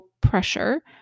pressure